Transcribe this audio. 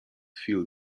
feel